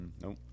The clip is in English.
Nope